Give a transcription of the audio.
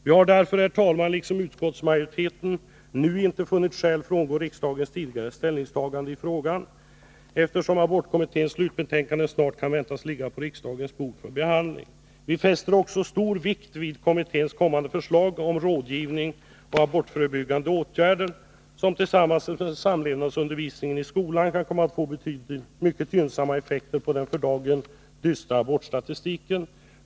Vi har därför, herr talman, liksom utskottsmajoriteten nu inte funnit skäl frångå riksdagens tidigare ställningstagande i frågan, eftersom abortkommitténs slutbetänkande snart kan väntas ligga på riksdagens bord för behandling. Vi fäster också stor vikt vid kommitténs kommande förslag om rådgivning och abortförebyggande åtgärder, som tillsammans med samlevnadsundervisningen i skolan kan komma att få mycket gynnsamma effekter på den för dagen dystra abortstatistiken. Herr talman!